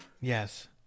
Yes